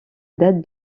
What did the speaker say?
date